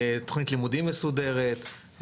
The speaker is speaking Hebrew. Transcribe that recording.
תוכנית לימודים מסודרת.